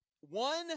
one